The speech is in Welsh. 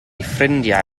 ffrindiau